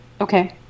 Okay